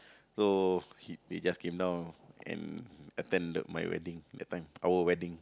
so he they just came down and attended my wedding that time our wedding